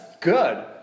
good